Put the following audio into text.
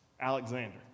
Alexander